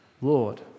Lord